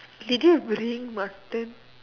did you bring mutton